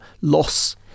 loss